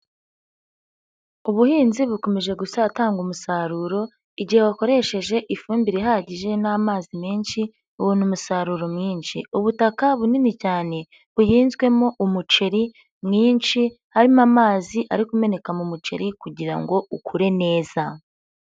Ubuhinzi bukomeje gutanga umusaruro, igihe wakoresheje ifumbire ihagije n'amazi menshi, ubona umusaruro mwinshi. Ubutaka bunini cyane buhinzwemo umuceri mwinshi, harimo amazi ari kumeneka mu muceri kugira ngo ukure neza.